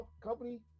company